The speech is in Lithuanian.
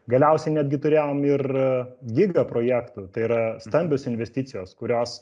galiausiai netgi turėjom ir giga projektų tai yra stambios investicijos kurios